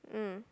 mm